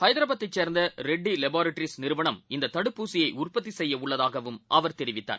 ஐதராபாத்தைச் சேர்ந்தரெட்டிலெபராட்டரீஸ் நிறுவனம் இந்ததடுப்பூசியைஉற்பத்திசெய்யஉள்ளதாகவும் அவர் தெரிவித்தார்